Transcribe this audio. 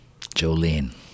Jolene